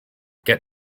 get